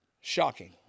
shocking